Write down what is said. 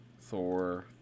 Thor